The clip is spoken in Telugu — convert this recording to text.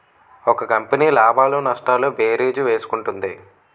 ఒక కంపెనీ లాభాలు నష్టాలు భేరీజు వేసుకుంటుంది